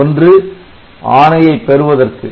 ஒன்று ஆணையைப் பெறுவதற்கு